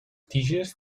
tiges